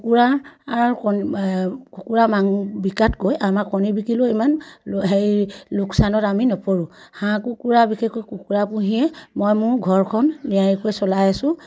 কুকুৰাৰ কুকুৰা মাংস বিকাতকৈ আমাৰ কণী বিকিলেও ইমান হেৰি লোকচানত আমি নপৰোঁ হাঁহ কুকুৰা বিশেষকৈ কুকুৰা পুহিয়ে মই মোৰ ঘৰখন নিয়াৰিকৈ চলাই আছো